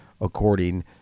according